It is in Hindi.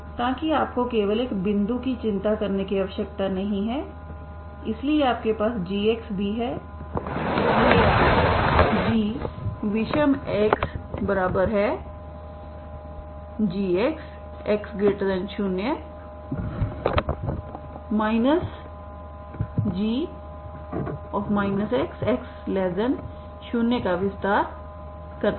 ताकि आपको केवल एक बिंदु की चिंता करने की आवश्यकता नहीं है इसलिए आपके पास g भी है इसलिए आप gविषमxgx x0 g x x0 का विस्तार करते हैं